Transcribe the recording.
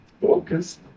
Focus